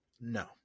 No